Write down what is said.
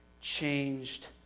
changed